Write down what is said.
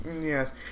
Yes